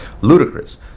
ludicrous